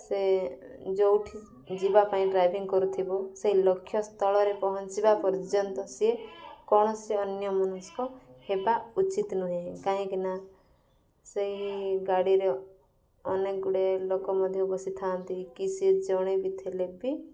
ସେ ଯେଉଁଠି ଯିବା ପାଇଁ ଡ୍ରାଇଭିଂ କରୁଥିବ ସେଇ ଲକ୍ଷ୍ୟ ସ୍ଥଳରେ ପହଞ୍ଚିବା ପର୍ଯ୍ୟନ୍ତ ସିଏ କୌଣସି ଅନ୍ୟମନସ୍କ ହେବା ଉଚିତ ନୁହେଁ କାହିଁକି ନା ସେଇ ଗାଡ଼ିରେ ଅନେକ ଗୁଡ଼ିଏ ଲୋକ ମଧ୍ୟ ବସିଥାନ୍ତି କି ସିଏ ଜଣେ ବି ଥିଲେ ବି